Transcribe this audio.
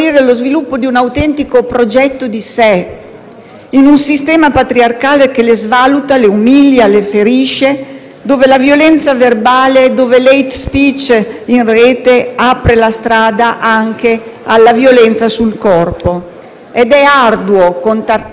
in un sistema patriarcale che le svaluta, le umilia, le ferisce, dove la violenza verbale e lo *hate speech* in rete aprono la strada anche alla violenza sul corpo. È arduo contrastare l'immaginario,